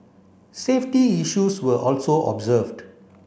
safety issues were also observed